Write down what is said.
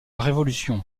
révolution